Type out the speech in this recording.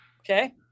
Okay